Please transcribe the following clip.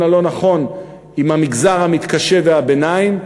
הלא-נכון עם המגזר המתקשה ומעמד הביניים,